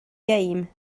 game